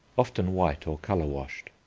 often white or colour-washed.